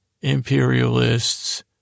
imperialists